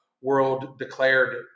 world-declared